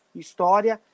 história